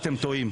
אתם טועים.